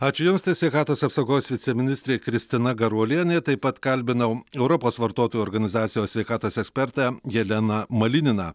ačiū jums tai sveikatos apsaugos viceministrė kristina garuolienė taip pat kalbinau europos vartotojų organizacijos sveikatos ekspertę jeleną malininą